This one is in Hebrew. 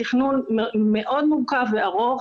תכנון מאוד מורכב וארוך,